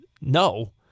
no